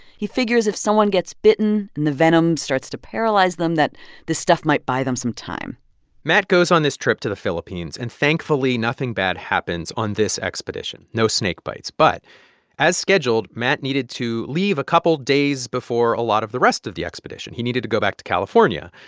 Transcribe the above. he figures if someone gets bitten and the venom starts to paralyze them, that the stuff might buy them some time matt goes on this trip to the philippines. and thankfully, nothing bad happens on this expedition no snakebites. but as scheduled, matt needed to leave a couple days before a lot of the rest of the expedition. he needed to go back to california.